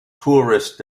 tourist